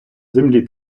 землі